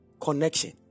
connection